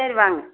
சரி வாங்க